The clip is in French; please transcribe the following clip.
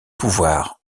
pouvoir